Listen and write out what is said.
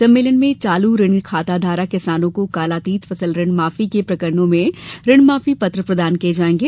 सम्मेलन में चालू ऋण खाता धारक किसानों को कालातीत फसल ऋण माफी के प्रकरणों में ऋण माफी पत्र प्रदान किये जाएंगे